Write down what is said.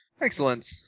Excellent